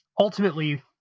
ultimately